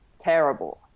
terrible